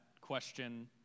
question